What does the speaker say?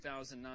2009